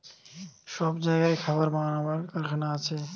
সব জাগায় খাবার বানাবার কারখানা আছে